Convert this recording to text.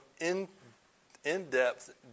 in-depth